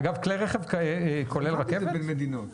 דואר, כולל רכבת, בין מדינות.